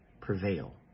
prevail